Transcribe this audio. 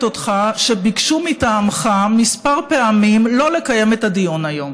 אותך שביקשו מטעמך כמה פעמים שלא לקיים את הדיון היום.